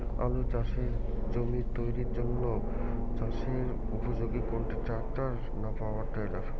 আলু চাষের জমি তৈরির জন্য চাষের উপযোগী কোনটি ট্রাক্টর না পাওয়ার টিলার?